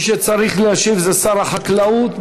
מי שצריך להשיב הוא שר החקלאות.